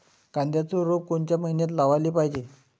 कांद्याचं रोप कोनच्या मइन्यात लावाले पायजे?